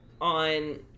on